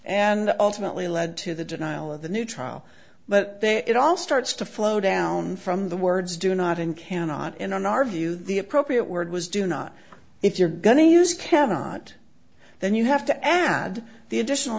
and ultimately led to the denial of the new trial but they it all starts to flow down from the words do not in cannot in our view the appropriate word was do not if you're going to use cannot then you have to add the additional